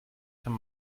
kann